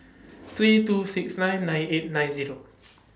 three two six nine nine eight nine Zero